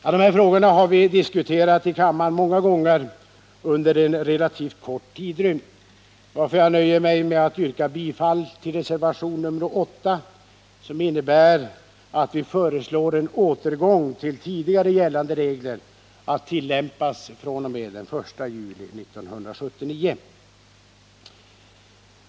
De här frågorna har vi diskuterat i kammaren många gånger under en relativt kort tidrymd, varför jag nöjer mig med att yrka bifall till reservation nr 8, som innebär att vi föreslår en återgång till tidigare gällande regler att tillämpa fr.o.m. den 1 juli 1979.